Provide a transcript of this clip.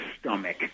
stomach